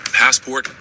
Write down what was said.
passport